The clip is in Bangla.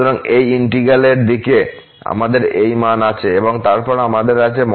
সুতরাং এই ইন্টিগ্র্যাল এর দিকে আমাদের এই মান আছে এবং তারপর আমাদের আছে